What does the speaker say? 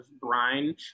brine